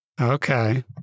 Okay